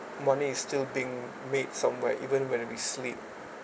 money is still being made somewhere even when we sleep